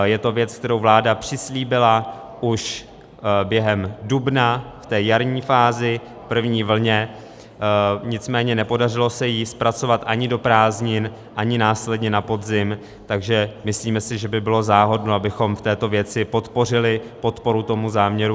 Je to věc, kterou vláda přislíbila už během dubna v té jarní fázi, v první vlně, nicméně nepodařilo se ji zpracovat ani do prázdnin, ani následně na podzim, takže myslíme si, že by bylo záhodno, abychom v této věci podpořili podporu tomu záměru.